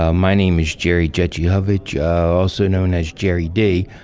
ah my name is jerry dziecichowicz, also known as jerry d.